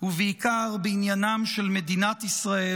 ובעיקר בעניינם של מדינת ישראל,